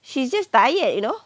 she's just tired you know